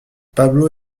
pablo